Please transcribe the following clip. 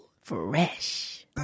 Fresh